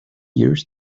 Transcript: years